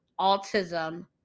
autism